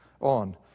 on